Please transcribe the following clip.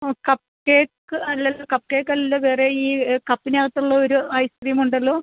മ് cupcake അല്ലല്ലോ cupcake അല്ലല്ലോ വേറെ ഈ കപ്പിനകത്ത് ഉള്ള ഒരു ഐസ്ക്രീമുണ്ടല്ലോ